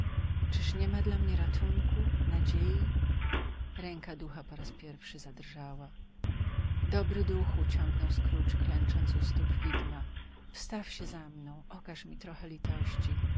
czyż niema dla mnie ratunku nadziei ręka ducha po raz pierwszy zadrżała dobry duchu ciągnął scrooge klęcząc u stóp widma wstaw się za mną okaż mi trochę litości